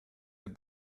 der